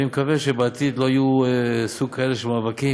אני מקווה שבעתיד לא יהיה סוג כזה של מאבקים,